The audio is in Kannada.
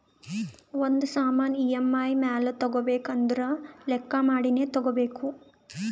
ಒಂದ್ ಸಾಮಾನ್ ಇ.ಎಮ್.ಐ ಮ್ಯಾಲ ತಗೋಬೇಕು ಅಂದುರ್ ಲೆಕ್ಕಾ ಮಾಡಿನೇ ತಗೋಬೇಕು